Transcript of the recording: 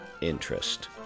interest